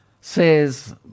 says